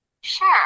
Sure